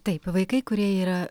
taip vaikai kurie yra